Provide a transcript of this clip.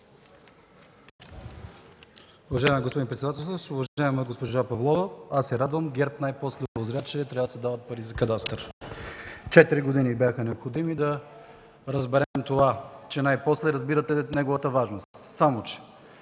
Уважаеми господин председател, уважаема госпожо Павлова! Аз се радвам – ГЕРБ най-после узря, че трябва да се дават пари за кадастър. Четири години бяха необходими да разберем това – че най-после разбирате неговата важност. Само че